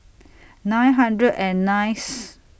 nine hundred and nineth